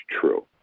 true